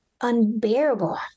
unbearable